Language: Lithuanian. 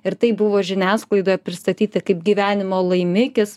ir tai buvo žiniasklaidoje pristatyti kaip gyvenimo laimikis